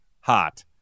hot